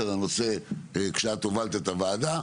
כשאת הובלת את הוועדה,